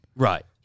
Right